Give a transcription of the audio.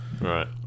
Right